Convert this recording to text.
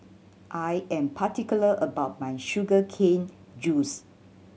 I am particular about my sugar cane juice